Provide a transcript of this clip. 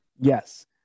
Yes